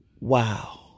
Wow